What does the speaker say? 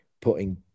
putting